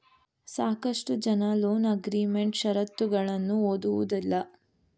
ಸಾಕಷ್ಟು ಜನ loan agreement ಶರತ್ತುಗಳನ್ನು ಓದುವುದಿಲ್ಲ